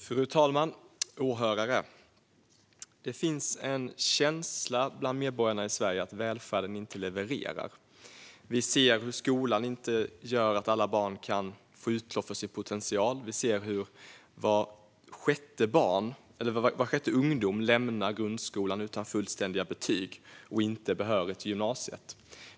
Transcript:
Fru talman! Åhörare! Det finns en känsla bland Sveriges medborgare att välfärden inte levererar. Vi ser hur skolan inte lyckas göra att alla barn kan få utlopp för sin potential. Vi ser att var sjätte ung person lämnar grundskolan utan fullständiga betyg och därmed inte blir behörig till gymnasiet.